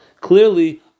clearly